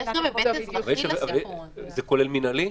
זה לא מדויק.